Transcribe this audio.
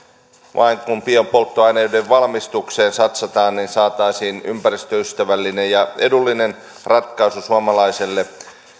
vain kun biopolttoaineiden valmistukseen satsataan niin saataisiin ympäristöystävällinen ja edullinen ja helposti toteuttavissa oleva ratkaisu suomalaiselle